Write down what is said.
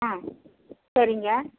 ஆ சரிங்க